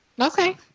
okay